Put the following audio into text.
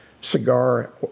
cigar